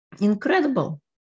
Incredible